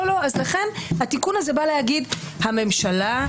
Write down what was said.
לכן התיקון הזה בא להגיד שהממשלה,